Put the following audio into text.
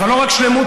אבל לא רק שלמות,